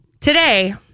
Today